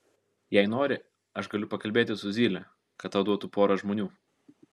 jei nori aš galiu pakalbėti su zyle kad tau duotų porą žmonių